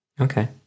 Okay